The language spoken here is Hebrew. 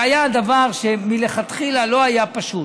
זה היה דבר שמלכתחילה לא היה פשוט.